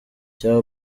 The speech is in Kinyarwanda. cya